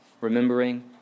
remembering